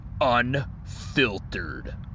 Unfiltered